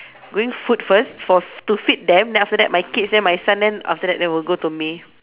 going food first for to feed them then after that my kids then my son then after that then will go to me